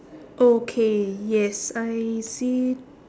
okay yes I see